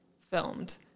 filmed